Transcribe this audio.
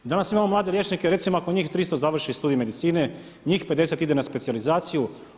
Danas imamo mlade liječnike, recimo ako njih 300 završi Studij medicine, njih 50 ide na specijalizaciju.